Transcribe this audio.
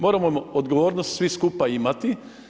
Moramo odgovornost svi skupa imati.